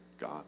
God